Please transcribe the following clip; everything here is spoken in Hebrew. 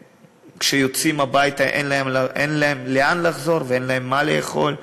שכשהם יוצאים הביתה אין להם לאן לחזור ואין להם מה לאכול,